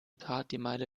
partymeile